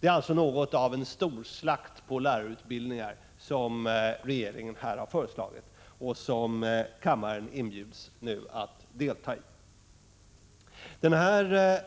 Det är alltså något av en storslakt på lärarutbildningar som regeringen har föreslagit och som kammaren nu inbjuds att delta i. Denna